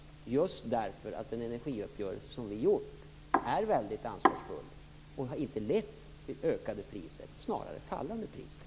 Det beror på att den energiuppgörelse som vi har träffat är väldigt ansvarsfull. Den har inte lett till ökade priser utan snarare till fallande priser.